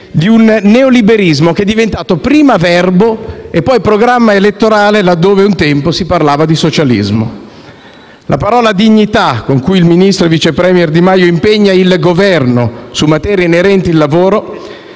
di un neoliberismo che è diventato prima verbo e poi programma elettorale, laddove un tempo si parlava di socialismo. La parola «dignità», con cui il ministro e vice *premier* Di Maio impegna il Governo su materie inerenti al lavoro,